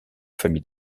famille